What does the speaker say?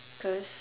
cause